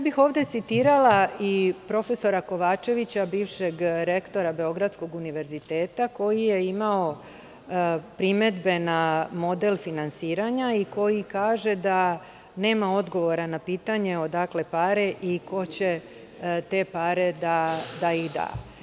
Ovde bih citirala profesora Kovačevića, bivšeg rektora Beogradskog univerziteta, koji je imao primedbe na model finansiranja i koji kaže da nema odgovora na pitanje – odakle pare i ko će te pare da da?